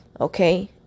okay